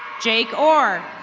jake ore.